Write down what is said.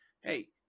hey